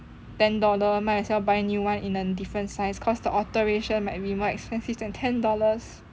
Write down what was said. ten dollar might as well buy new [one] in a different size because the alteration might be more expensive than ten dollars